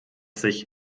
sich